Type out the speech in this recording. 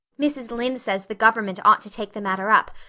mrs. lynde says the government ought to take the matter up,